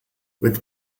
with